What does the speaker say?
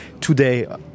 today